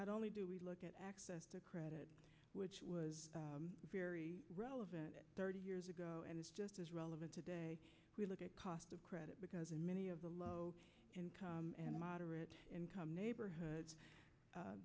not only do we look at access to credit which was relevant thirty years ago and it's just as relevant today we look at cost of credit because in many of the low income and moderate income neighborhoods